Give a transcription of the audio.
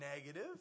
negative